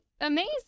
amazing